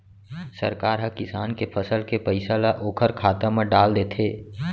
सरकार ह किसान के फसल के पइसा ल ओखर खाता म डाल देथे